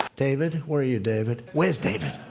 david, where are you, david? where's david?